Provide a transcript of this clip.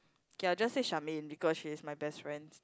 okay I'll just say Charmaine because she's my best friends